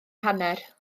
hanner